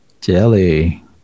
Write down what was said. Jelly